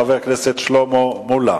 חבר הכנסת שלמה מולה.